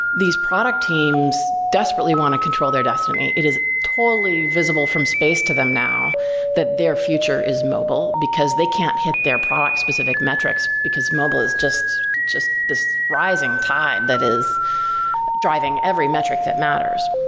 these product teams desperately want to control their destiny. it is totally visible from space to them now that their future is mobile, because they can't hit their product specific metrics, because mobile is just just this rising tide that is driving every metric that matters.